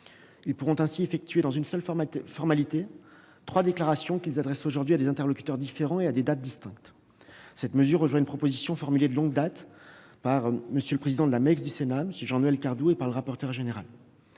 Ils pourront ainsi effectuer en une seule formalité trois déclarations qu'ils adressent aujourd'hui à des interlocuteurs différents et à des dates distinctes. Cette mesure rejoint une proposition formulée de longue date par le président de la mission d'évaluation et de contrôle